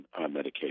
medication